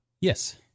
Yes